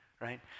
right